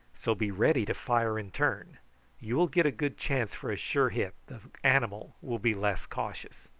so be ready to fire in turn you will get a good chance for a sure hit, the animal will be less cautious.